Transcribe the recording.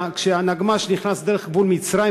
כשהנגמ"ש נכנס דרך גבול מצרים,